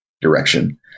direction